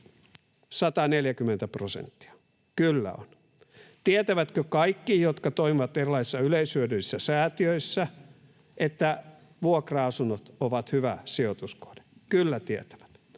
140 prosenttia? Kyllä on. Tietävätkö kaikki, jotka toimivat erilaisissa yleishyödyllisissä säätiöissä, että vuokra-asunnot ovat hyvä sijoituskohde? Kyllä tietävät.